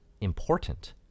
important